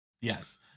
Yes